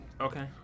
Okay